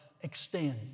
extend